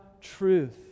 truth